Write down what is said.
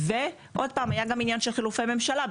היה גם עניין של חילופי ממשלה.